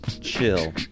chill